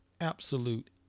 absolute